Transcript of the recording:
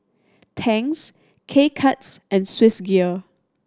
Tangs K Cuts and Swissgear